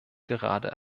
gerade